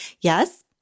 yes